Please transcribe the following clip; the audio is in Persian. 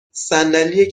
صندلی